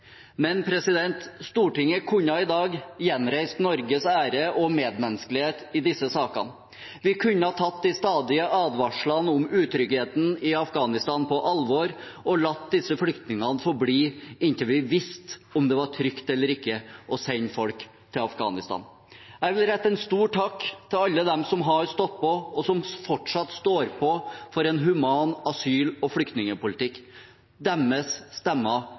Men Stortinget kunne i dag gjenreist Norges ære og medmenneskelighet i disse sakene. Vi kunne tatt de stadige advarslene om utryggheten i Afghanistan på alvor og latt disse flyktningene få bli inntil vi visste om det var trygt eller ikke å sende folk til Afghanistan. Jeg vil rette en stor takk til alle dem som har stått på og fortsatt står på for en human asyl- og flyktningpolitikk. Deres stemmer